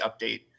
update